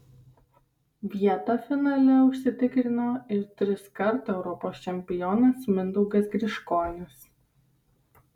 vietą finale užsitikrino ir triskart europos čempionas mindaugas griškonis